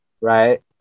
right